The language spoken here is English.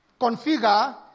configure